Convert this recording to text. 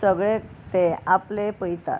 सगळे ते आपले पळयतात